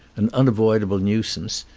an un avoidable nuisance,